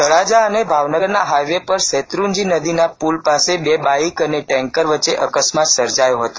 તળાજા ભાવનગરના હાઇવે પર શેત્રુંજી નદીના પુલ પાસે બે બાઇક અને ટેન્કર વચ્ચે અકસ્માત સર્જાયો હતો